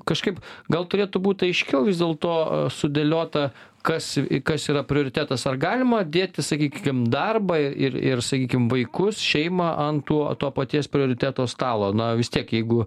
kažkaip gal turėtų būt aiškiau vis dėlto sudėliota kas kas yra prioritetas ar galima dėti sakykim darbą ir ir sakykim vaikus šeimą ant tuo to paties prioriteto stalo na vis tiek jeigu